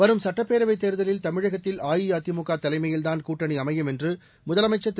வரும் சட்டப்பேரவைத் தேர்தலில் தமிழகத்தில் அஇஅதிமுக தலைமையில்தான் கூட்டணி அமையும் என்றுமுதலமைச்சர் திரு